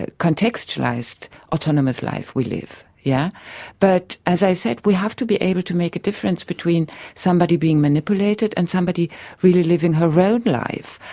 ah contextualised autonomous life we live. yeah but, as i said, we have to be able to make a difference between somebody being manipulated and somebody really living her own life.